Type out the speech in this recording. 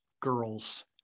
girls